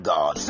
God